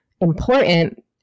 important